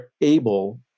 able